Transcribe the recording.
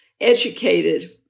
educated